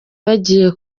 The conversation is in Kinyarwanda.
bagiye